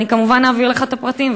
אני כמובן אעביר לך את הפרטים,